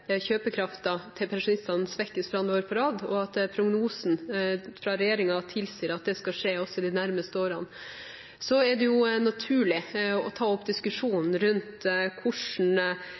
kjøpekraften til pensjonistene svekkes for andre år på rad, og at prognosen fra regjeringen tilsier at det skal skje også i de nærmeste årene, er hvilke unntak som kan gjøres fra pensjonsforliket. Da tenker jeg på hvilke «særlige forhold» som skal til for å